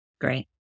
Great